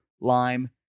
lime